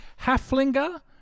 Halflinger